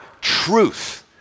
truth